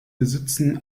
besitzen